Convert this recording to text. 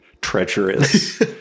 treacherous